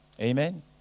Amen